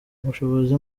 ubushobozi